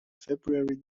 february